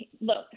look